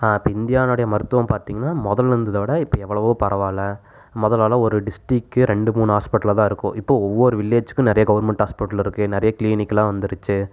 இப்போ இந்தியானுடைய மருத்துவம் பார்த்தீங்கனா முதல்ல இருந்தத விட இப்போ எவ்ளோவோ பரவால்ல முதல்லலாம் ஒரு டிஸ்ட்டிக்கு ரெண்டு மூணு ஹாஸ்பிட்டலு தான் இருக்கும் இப்போ ஒவ்வொரு வில்லேஜுக்கும் நிறைய கவர்மெண்ட் ஹாஸ்பிட்டல் இருக்கு நிறைய க்ளீனிக்குலாம் வந்துருச்சு